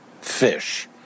fish